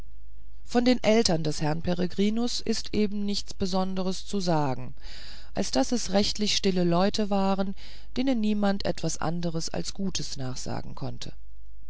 von den eltern des herrn peregrinus ist eben nichts besonderes zu sagen als daß es rechtliche stille leute waren denen niemand etwas anders als gutes nachsagen konnte